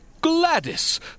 Gladys